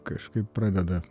kažkaip pradeda